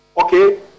Okay